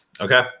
Okay